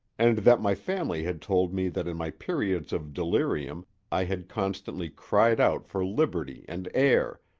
and that my family had told me that in my periods of delirium i had constantly cried out for liberty and air,